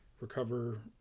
recover